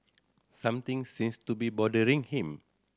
something seems to be bothering him